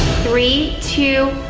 three, two,